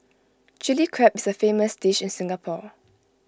Chilli Crab is A famous dish in Singapore